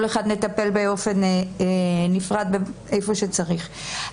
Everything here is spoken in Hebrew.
כל אחד נטפל באופן נפרד ואיפה שצריך.